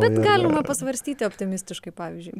bet galima pasvarstyt optimistiškai pavyzdžiui